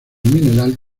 mineral